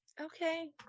okay